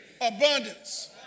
Abundance